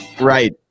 Right